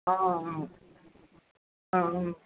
ஆ ஆ ஆ ஆ